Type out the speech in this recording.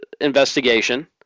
investigation